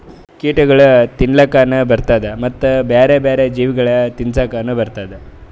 ಕೀಟಗೊಳ್ ತಿನ್ಲುಕನು ಬರ್ತ್ತುದ ಮತ್ತ ಬ್ಯಾರೆ ಬ್ಯಾರೆ ಜೀವಿಗೊಳಿಗ್ ತಿನ್ಸುಕನು ಬರ್ತ್ತುದ